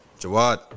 Jawad